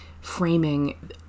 framing